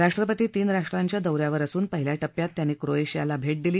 राष्ट्रपती तीन राष्ट्रांच्या दौ यावर असून पहिल्या टप्प्यात त्यांनी क्रोएशियाला भेट दिली